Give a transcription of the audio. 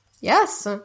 Yes